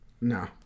No